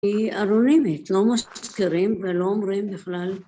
היא אנונימית, לא מזכירים ולא אומרים בכלל.